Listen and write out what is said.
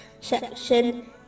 section